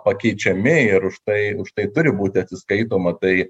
pakeičiami ir už tai už tai turi būti atsiskaitoma tai